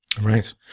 Right